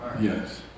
Yes